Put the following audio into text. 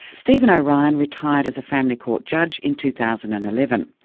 stephen o'ryan retired as a family court judge in two thousand and eleven.